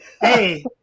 hey